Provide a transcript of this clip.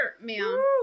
ma'am